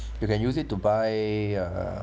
you can use it to buy uh